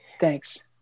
Thanks